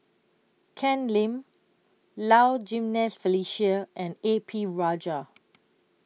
Ken Lim Low Jimenez Felicia and A P Rajah